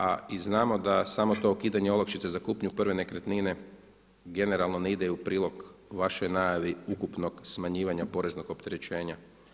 A i znamo da samo to ukidanje olakšice za kupnju prve nekretnine generalno ne ide u prilog vašoj najavi ukupnog smanjivanja poreznog opterećenja.